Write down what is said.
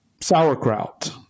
sauerkraut